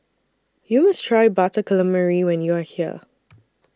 YOU must Try Butter Calamari when YOU Are here